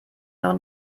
noch